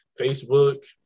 Facebook